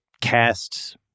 cast